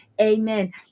amen